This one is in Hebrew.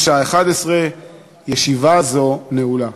בשעה 11:00. ישיבה זו נעולה.